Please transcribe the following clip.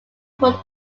would